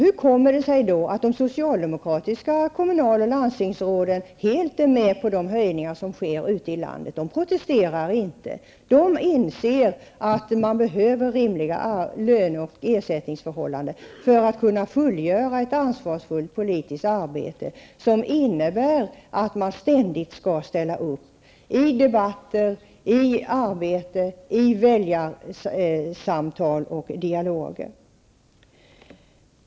Hur kommer det sig då att de socialdemokratiska kommunal och landstingsråden helt är med på de höjningar som sker ute i landet? De protesterar inte. De inser att man behöver rimliga löner och ersättningsförhållanden för att kunna fullgöra ett ansvarsfullt politiskt arbete som innebär att man ständigt skall ställa upp i debatter, med arbete, i väljarsamtal och i dialoger.